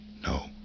No